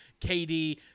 KD